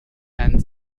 and